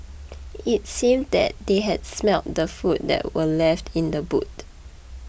it seemed that they had smelt the food that were left in the boot